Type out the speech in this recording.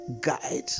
guide